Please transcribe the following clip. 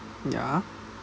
ya